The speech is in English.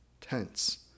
tense